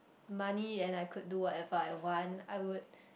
money and I could do whatever I want I would